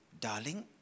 darling